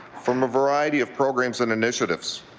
from a variety of programs and initiatives.